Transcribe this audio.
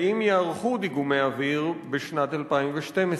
האם ייערכו דיגומי אוויר בשנת 2012?